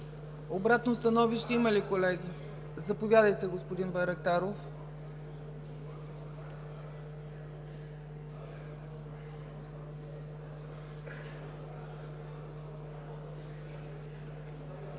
Обратно становище има ли, колеги? Заповядайте, господин Байрактаров.